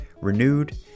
renewed